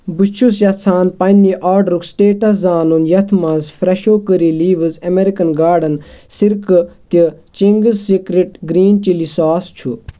بہٕ چھُس یَژھان پنٕنہِ آرڈرُک سِٹیٚٹس زانُن یتھ مَنٛز Fresho curry leaves American Garden سِرکہٕ تہٕ Ching's secret green chilli sauce چھُ